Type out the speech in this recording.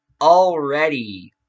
already